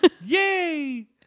Yay